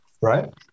right